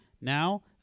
now